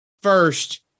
first